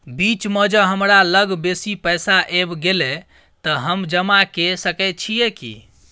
बीच म ज हमरा लग बेसी पैसा ऐब गेले त हम जमा के सके छिए की?